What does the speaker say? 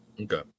Okay